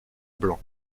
blanc